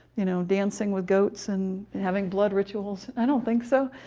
you know, dancing with goats and having blood rituals? i don't think so.